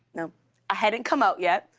you know i hadn't come out yet.